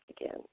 again